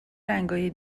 رنگای